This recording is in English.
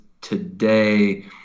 today